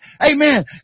Amen